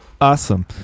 Awesome